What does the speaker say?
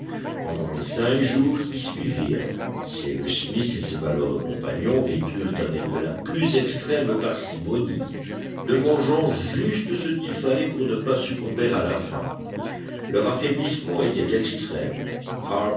pendant les cinq jours qui suivirent cyrus smith et ses malheureux compagnons vécurent avec la plus extrême parcimonie ne mangeant juste que ce qu'il fallait pour ne pas succomber à la faim leur affaiblissement était extrême